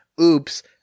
oops